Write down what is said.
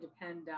depend